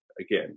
Again